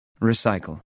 Recycle